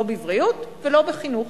לא בבריאות ולא בחינוך.